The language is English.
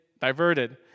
Diverted